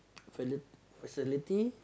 fali~ facility